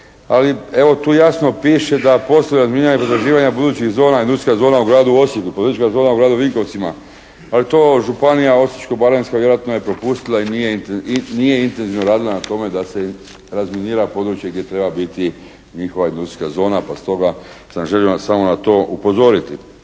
ali evo tu jasno piše da postavljanje mina …/Govornik se ne razumije./… industrijska zona u gradu Osijeku, …/Govornik se ne razumije./… zona u gradu Vinkovcima ali to županija Osječko-baranjska vjerojatno je propustila i nije intenzivno radila na tome da se razminira područje gdje treba biti njihova industrijska zona, pa stoga sam želio sam na to upozoriti.